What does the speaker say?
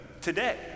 today